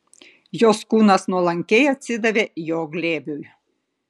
jos kūnas nuolankiai atsidavė jo glėbiui